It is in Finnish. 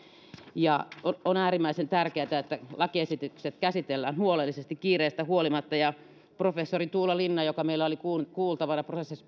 on äärimmäisen tärkeätä että lakiesitykset käsitellään huolellisesti kiireestä huolimatta professori tuula linna joka meillä oli kuultavana